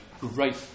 great